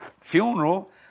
funeral